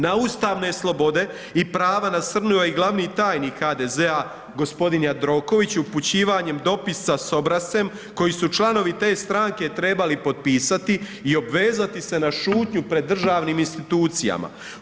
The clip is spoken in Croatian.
Na ustavne slobode i prava nasrnuo je i glavni tajnik HDZ-a gospodin Jandroković upućivanjem dopisa s obrascem, koji su članovi te stranke trebali potpisati i obvezati se na šutnju pred državnim institucijama.